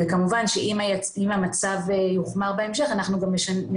וכמובן שאם המצב יוחמר בהמשך גם